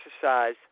exercise